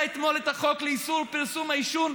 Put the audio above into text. אתמול את החוק לאיסור פרסום העישון,